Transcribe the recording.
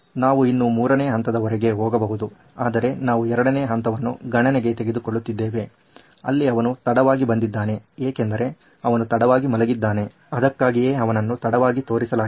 ನಾವು ಇನ್ನೂ ಮೂರನೇ ಹಂತದವರೆಗೆ ಹೋಗಬಹುದು ಆದರೆ ನಾವು ಎರಡನೇ ಹಂತವನ್ನು ಗಣನೆಗೆ ತೆಗೆದುಕೊಳ್ಳುತ್ತಿದ್ದೇವೆ ಅಲ್ಲಿ ಅವನು ತಡವಾಗಿ ಬಂದಿದ್ದಾನೆ ಏಕೆಂದರೆ ಅವನು ತಡವಾಗಿ ಮಲಗಿದ್ದಾನೆ ಅದಕ್ಕಾಗಿಯೇ ಅವನ್ನು ತಡವಾಗಿ ತೋರಿಸಲಾಗಿದೆ